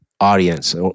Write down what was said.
audience